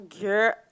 Girl